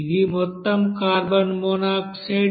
ఇది మొత్తం carbon monoxide